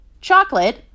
chocolate